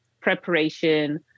preparation